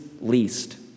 least